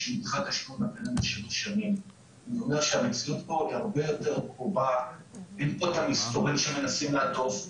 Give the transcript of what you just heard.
המציאות פה היא הרבה יותר --- בלי כל המסתורין שמנסים לעטוף.